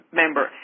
member